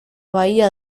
bahía